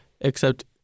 Except-